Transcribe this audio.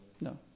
No